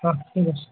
হ্যাঁ ঠিক আছে